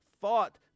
thought